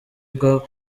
bwo